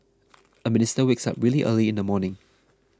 a minister wakes up really early in the morning